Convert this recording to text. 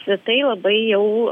tai labai jau